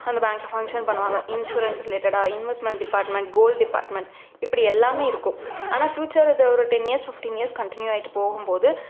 அந்த பேங்கில் ஃபங்க்ஷன் பண்ணுவாங்க இன்ஷுரன்ஸ் ரிலேட்டடாக இன்வெஸ்ட்மெண்ட் டிப்பார்ட்மெண்ட் கோல்ட் டிப்பார்ட்மெண்ட் இப்படி எல்லாமே இருக்கும் ஆனால் ஃப்யூச்சர் இது ஒரு ten years fifteen years continue ஆயிட்டு போகும்போது